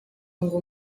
ngo